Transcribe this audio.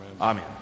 Amen